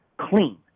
clean